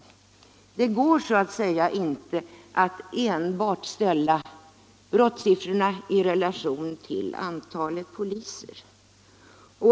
Det går inte att enbart ställa brottssiffrorna i relation till antalet poliser.